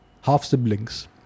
half-siblings